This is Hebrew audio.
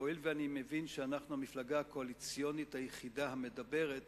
הואיל ואני מבין שאנחנו המפלגה הקואליציונית היחידה המדברת